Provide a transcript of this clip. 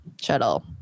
shuttle